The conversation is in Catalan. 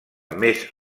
més